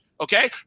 okay